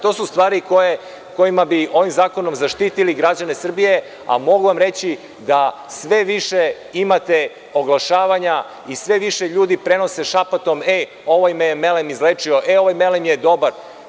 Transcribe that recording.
To su stvari kojima bi ovim zakonom zaštitili građane Srbije, a mogu vam reći da sve više imate oglašavanja i sve više ljudi prenose šapatom - e ovaj me je melem izlečio, e ovaj melem je dobar.